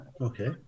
Okay